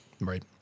Right